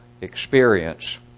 experience